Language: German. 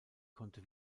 konnte